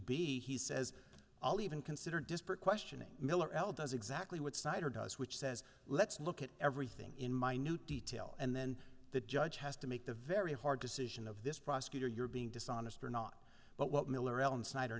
b he says i'll even consider disparate questioning miller l does exactly what snyder does which says let's look at everything in minute detail and then the judge has to make the very hard decision of this prosecutor you're being dishonest or not but what miller alan snyder